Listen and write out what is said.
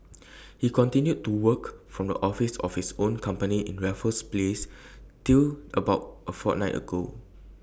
he continued to work from the office of his own company in Raffles place till about A fortnight ago